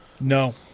No